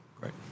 Great